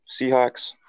Seahawks